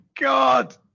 God